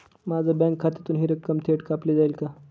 माझ्या बँक खात्यातून हि रक्कम थेट कापली जाईल का?